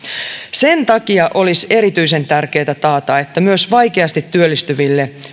sen takia olisi erityisen tärkeätä taata että myös vaikeasti työllistyville